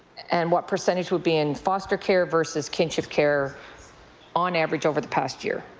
and what percentage would be in foster care versus kinship care on average over the past year?